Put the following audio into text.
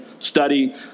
study